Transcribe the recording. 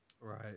Right